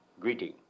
greeting